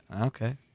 Okay